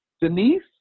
Denise